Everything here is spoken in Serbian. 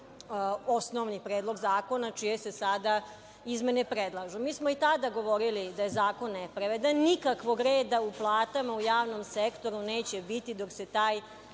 osnovni predlog zakona, čije se sada izmene predlažu. Mi smo i tada govorili da je zakon nepravedan. Nikakvog reda u platama u javnom sektoru neće biti dok se taj